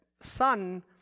son